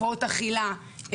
הפרעות אכילה,